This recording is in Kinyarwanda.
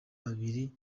babiri